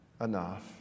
enough